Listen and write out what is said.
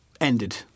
ended